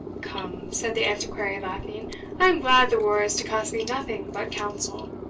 come, said the antiquary, laughing i am glad the war is to cost me nothing but counsel.